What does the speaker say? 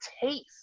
taste